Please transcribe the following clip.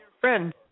friend